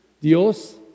Dios